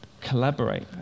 collaborate